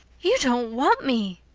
you don't want me!